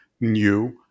new